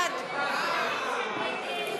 ההסתייגות של